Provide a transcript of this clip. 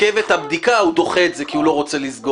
שמתעכבת הבדיקה הוא דוחה את זה כי הוא לא רוצה לסגור.